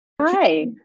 Hi